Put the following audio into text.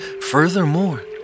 furthermore